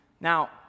Now